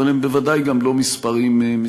אבל הם ודאי גם לא מספרים משמחים.